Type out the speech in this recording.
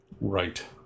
Right